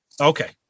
Okay